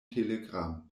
telegram